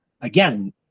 again